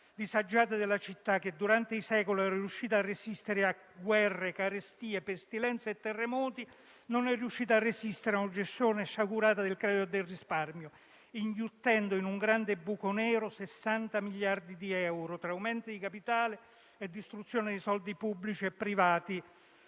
disagiate della città, che durante i secoli era riuscita a resistere a guerre, carestie, pestilenze e terremoti, non è riuscita a resistere a una gestione sciagurata del credito e del risparmio, inghiottendo in un grande buco nero 60 miliardi di euro tra aumenti di capitale e distruzione di soldi pubblici e privati